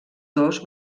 dos